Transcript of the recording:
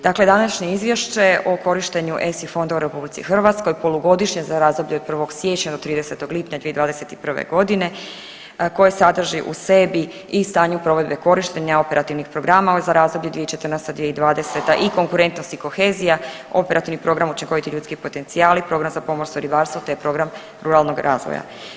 Dakle, današnje izvješće o korištenju ESI fondova u RH polugodišnje za razdoblje od 1. siječnja do 30. lipnja 2021. godine koje sadrži u sebi i stanje provedbe korištenja operativnih programa ali za razdoblje 2014.-2020. i konkurentnost i kohezija, operativni program učinkoviti ljudski potencijali, program za pomorstvo, ribarstvo te program ruralnog razvoja.